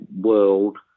World